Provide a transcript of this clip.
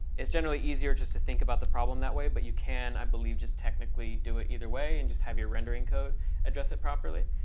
it's generally easier just to think about the problem that way, but you can, i believe, just technically do it either way and just have your rendering code address it properly.